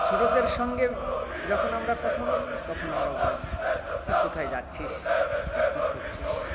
ছোটোদের সঙ্গে যখন আমরা কথা বলি তখন আমরা বলি তুই কোথায় যাচ্ছিস বা তুই কী করছিস